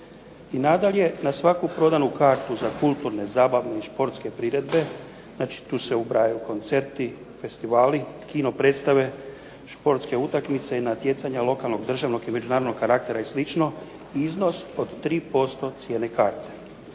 I nadalje na svaku prodanu kartu za kulturne, zabavne i športske priredbe znači tu se ubrajaju koncerti, festivali, kino predstave, športske utakmice i natjecanja lokalnog, državnog i međunarodnog karaktera i slično iznos od 3% cijene karte.